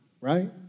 right